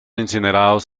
incinerados